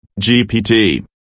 GPT